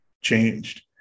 changed